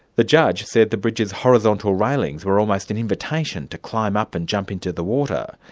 the judge said the bridge's horizontal railings were almost an invitation to climb up and jump into the water.